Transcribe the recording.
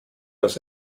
aus